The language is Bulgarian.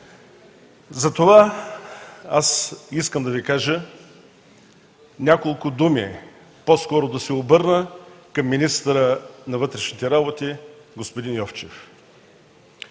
затова искам да Ви кажа няколко думи, по-скоро да се обърна към министъра на вътрешните работи господин Йовчев.